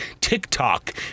TikTok